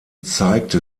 zeigte